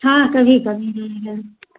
हाँ कभी कभी हैं